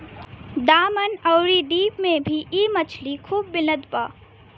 दमन अउरी दीव में भी इ मछरी खूब मिलत बा